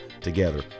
together